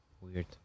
Weird